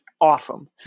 awesome